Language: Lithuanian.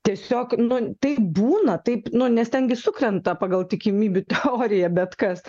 tiesiog nu taip būna taip nu nes ten gi sukrenta pagal tikimybių teoriją bet kas